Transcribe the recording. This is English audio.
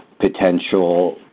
potential